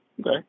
Okay